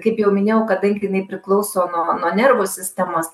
kaip jau minėjau kadangi jinai priklauso nuo nuo nervų sistemos